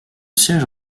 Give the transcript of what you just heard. siège